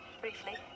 briefly